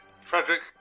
Frederick